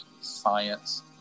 science